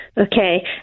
Okay